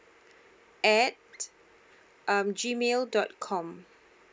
at um g mail dot com